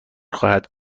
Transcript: خواهد